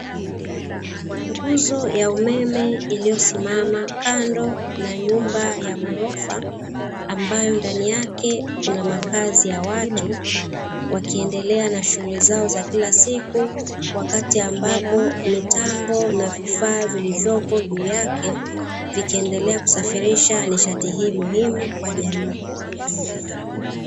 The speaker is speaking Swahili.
Nguzo ya umeme iliyosimama kando na nyumba na ghorofa, ambayo ndani yake kuna makazi ya watu wakiendelea na shughuli zao za kila siku wakati ambapo mitambo na vifaa vilivyopo juu yake vikiendelea kusafirisha nishati hii muhimu kwa jamii.